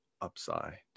upside